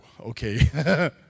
okay